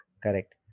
Correct